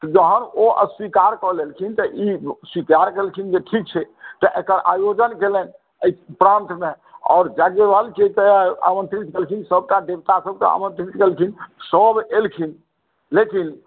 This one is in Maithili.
जखन ओ अस्वीकार कऽ लेलखिन तऽ ई स्वीकार केलखिन जे ठीक छै तऽ एकर आयोजन केलनि एहि प्रान्त मे आओर याज्ञवल्क्यके आमंत्रित केलखिन सबटा देवता सभके आमंत्रित केलखिन सब एलखिन लेकिन